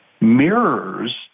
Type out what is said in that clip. mirrors